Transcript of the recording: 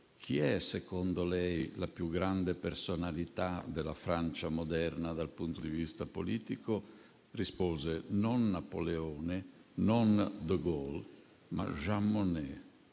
chi fosse, a suo avviso, la più grande personalità della Francia moderna dal punto di vista politico, rispose non Napoleone, non De Gaulle, ma Jean Monnet.